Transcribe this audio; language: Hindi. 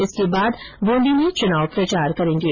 इसके बाद बूंदी र्मे चुनाव प्रचार करेंगे